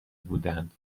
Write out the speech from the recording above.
بودند